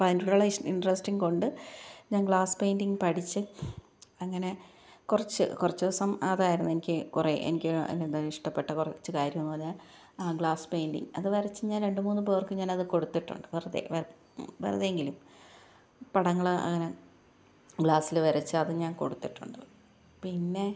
അപ്പം അതിന്റെയുള്ള ഇന്ട്രസ്റ്റിങ്ങ് കൊണ്ട് ഞാന് ഗ്ലാസ് പെയിൻറിംഗ് പഠിച്ച് അങ്ങനെ കുറച്ച് കുറച്ച് ദിവസം അതായിരുന്നു എനിക്ക് കുറേ എനിക്ക് എന്താണ് ഇഷ്ടപ്പെട്ട കുറച്ച് കാര്യം എന്ന് പറഞ്ഞാൽ ആ ഗ്ലാസ് പെയിന്റ് അത് വരച്ചു ഞാന് രണ്ടു മൂന്ന് പേര്ക്ക് ഞാനത് കൊടുത്തിട്ടുണ്ട് വെറുതെ വെറുതെയെങ്കിലും പടങ്ങൾ ഇങ്ങനെ ഗ്ലാസ്സിൽ വരച്ച് അത് ഞാന് കൊടുത്തിട്ടുണ്ട് പിന്നെ